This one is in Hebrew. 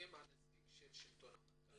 אתם הנציג של השלטון המרכזי,